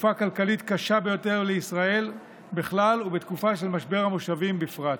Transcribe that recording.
בתקופה כלכלית קשה ביותר למדינת בכלל ובתקופה של משבר המושבים בפרט.